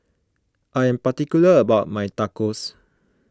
I am particular about my Tacos